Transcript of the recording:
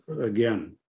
again